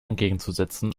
entgegenzusetzen